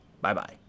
Bye-bye